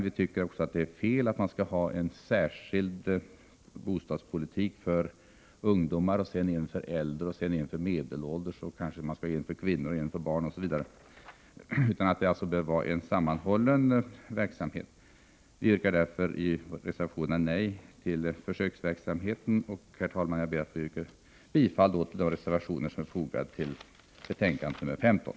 Vi tycker också att det är fel att ha en särskild bostadspolitik för ungdomar, en för äldre och ytterligare en för medelålders — kanske också en för kvinnor och en för barn, osv. Bostadspolitiken bör i stället vara en sammanhållen verksamhet. Vi yrkar därför i reservationen nej till försöksverksamheten rörande de ungas boende. Herr talman! Jag ber att få yrka bifall till den reservation som är fogad till betänkande nr 15.